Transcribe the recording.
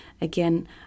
again